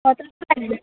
কতোটা লাগবে